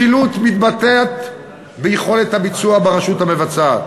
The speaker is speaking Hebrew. משילות מתבטאת ביכולת הביצוע ברשות המבצעת.